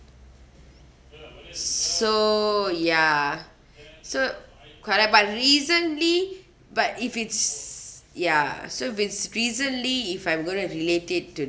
so ya so correct but recently but if it's ya so it's recently if I'm going to relate it to